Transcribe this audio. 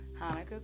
Hanukkah